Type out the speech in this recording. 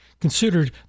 considered